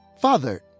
Father